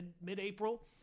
mid-April